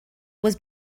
was